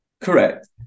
Correct